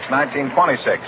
1926